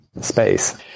space